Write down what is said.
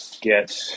get